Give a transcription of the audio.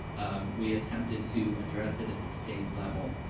um, we attempted to address it at the state level,